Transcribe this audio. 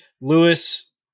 Lewis